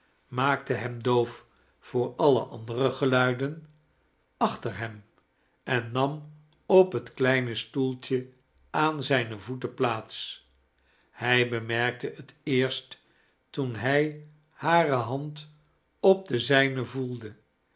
maakte hem doof voor alle andere geluiden achter hem en nam op het kleine stoeltje aan zijne voeten plaats hij bemerkte het eerst toen hij hare hand op die zijne voelde